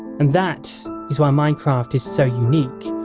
and that is why minecraft is so unique,